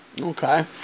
Okay